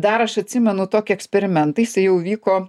dar aš atsimenu tokį eksperimentą jisai jau vyko